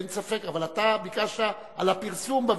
אין ספק, אבל אתה ביקשת: על הפרסום ב"ויקיליקס".